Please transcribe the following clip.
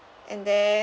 and then